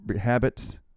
habits